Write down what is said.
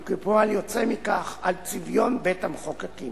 וכפועל יוצא מכך על צביון בית-המחוקקים.